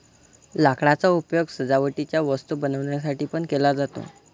लाकडाचा उपयोग सजावटीच्या वस्तू बनवण्यासाठी पण केला जातो